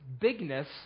bigness